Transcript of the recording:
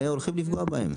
והולכים לפגוע בהן.